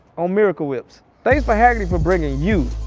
on miracle whips. thanks for hagerty, for bringing you